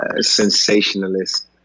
sensationalist